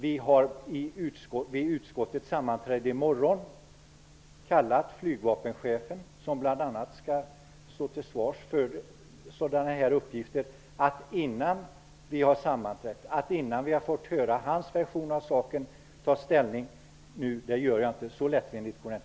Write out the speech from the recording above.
Till utskottets sammanträde i morgon har vi kallat flygvapenchefen, som bl.a. skall stå till svars för sådana här uppgifter. Jag vill inte ta ställning innan vi har sammanträtt och innan vi har hört hans version av saken. Så lättvindigt går det inte till.